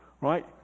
right